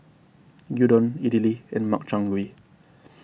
Gyudon Idili and Makchang Gui